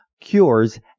Cures